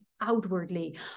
outwardly